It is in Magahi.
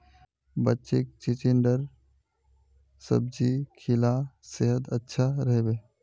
बच्चीक चिचिण्डार सब्जी खिला सेहद अच्छा रह बे